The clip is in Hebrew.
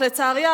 אך לצערי,